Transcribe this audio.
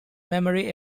memory